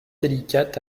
délicate